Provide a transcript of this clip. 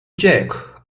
jack